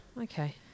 okay